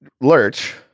Lurch